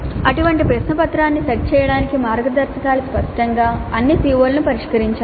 అటువంటి ప్రశ్నపత్రాన్ని సెట్ చేయడానికి మార్గదర్శకాలు స్పష్టంగా అన్ని CO లను పరిష్కరించాలి